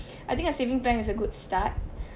I think a saving plan is a good start